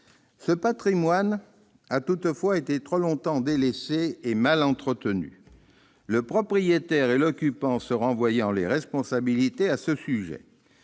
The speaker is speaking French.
Ce patrimoine a toutefois été trop longtemps délaissé et mal entretenu, le propriétaire et l'occupant se renvoyant les responsabilités à ce sujet.